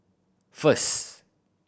first